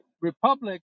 republic